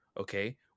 okay